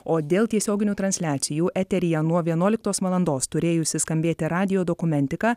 o dėl tiesioginių transliacijų eteryje nuo vienuoliktos valandos turėjusi skambėti radijo dokumentika